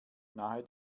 nahe